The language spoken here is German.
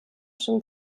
schon